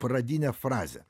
pradinę frazę